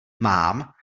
mám